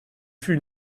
fut